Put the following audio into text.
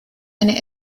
eine